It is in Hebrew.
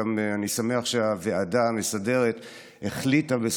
אני גם שמח שהוועדה המסדרת החליטה היום,